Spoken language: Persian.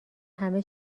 همه